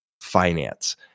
finance